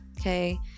okay